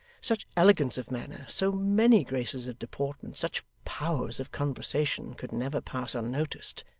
such elegance of manner, so many graces of deportment, such powers of conversation, could never pass unnoticed.